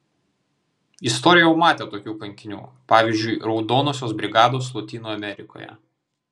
istorija jau matė tokių kankinių pavyzdžiui raudonosios brigados lotynų amerikoje